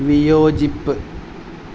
വിയോജിപ്പ്